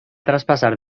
traspassar